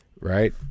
right